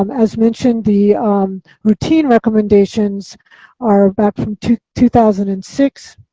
um as mentioned, the routine recommendations are back from two two thousand and six,